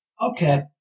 Okay